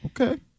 Okay